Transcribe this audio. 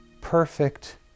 perfect